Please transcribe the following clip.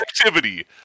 activity